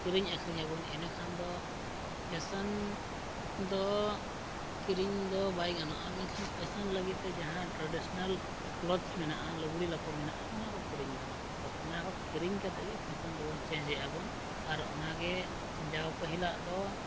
ᱠᱤᱨᱤᱧ ᱟᱹᱠᱷᱨᱤᱧ ᱟᱵᱚᱱ ᱮᱸᱰᱮᱠᱷᱟᱱ ᱫᱚ ᱯᱷᱮᱥᱮᱱ ᱫᱚ ᱠᱤᱨᱤᱧ ᱫᱚ ᱵᱟᱭ ᱜᱟᱱᱚᱜᱼᱟ ᱢᱮᱱᱠᱷᱟᱱ ᱯᱷᱮᱥᱮᱱ ᱞᱟᱹᱜᱤᱫᱼᱛᱮ ᱡᱟᱦᱟᱸ ᱴᱨᱟᱰᱤᱥᱚᱱᱟᱞ ᱠᱞᱚᱛᱷᱥ ᱢᱮᱱᱟᱜᱼᱟ ᱞᱩᱜᱽᱲᱤ ᱞᱟᱯᱳ ᱠᱚ ᱢᱮᱱᱟᱜᱼᱟ ᱚᱱᱟ ᱠᱚ ᱠᱤᱨᱤᱧ ᱜᱟᱱᱚᱜᱼᱟ ᱛᱚ ᱚᱱᱟ ᱠᱚ ᱠᱤᱨᱤᱧ ᱠᱟᱛᱮᱜᱮ ᱯᱷᱮᱥᱮᱱ ᱫᱚᱵᱚᱱ ᱪᱮᱧᱡᱽ ᱮᱫᱟᱵᱚᱱ ᱟᱨ ᱚᱱᱟᱜᱮ ᱡᱟᱣ ᱯᱟᱹᱦᱤᱞᱟᱜ ᱫᱚ